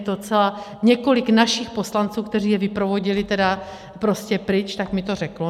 Mně to docela, několik našich poslanců, kteří je vyprovodili tedy prostě pryč, tak mi to řeklo.